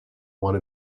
one